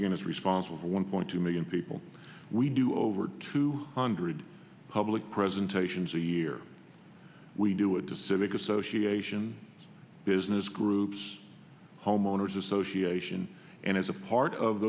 again is responsible for one point two million people we do over two hundred public presentations a year we do it to civic association business groups homeowners association and as a part of